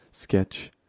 Sketch